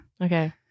Okay